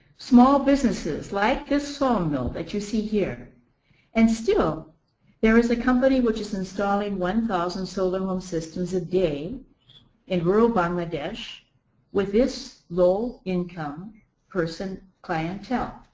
small businesses like this sawmill that you see here and still there is a company which is installing one thousand solar home systems a day in rural bangladesh with this low income person clientele.